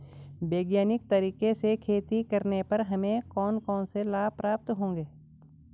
वैज्ञानिक तरीके से खेती करने पर हमें कौन कौन से लाभ प्राप्त होंगे?